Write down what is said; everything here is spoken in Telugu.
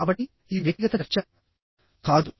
కాబట్టి ఇది వ్యక్తిగత చర్చ కాదు